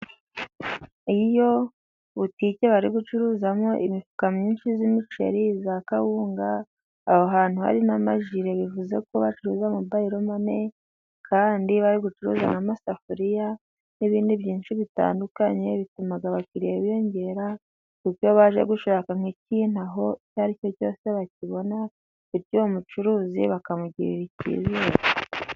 Iyo butike bari gucuruzamo imifuka myinshi y'imiceri ya kawunga ,aho hantu hari n'amajile bivuze ko bacuruza na mobayilo mani ,kandi bari gucuruza n' amasafuriya n'ibindi byinshi bitandukanye, bituma abakiriya biyongera ku byo baje gushaka, nk'iki aho icyo ari cyo cyose bakibonayo uwo mucuruzi bakamugirira ikizere.